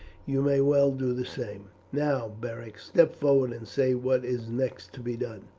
you may well do the same. now, beric, step forward and say what is next to be done.